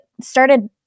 started